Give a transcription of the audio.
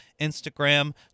Instagram